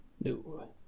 No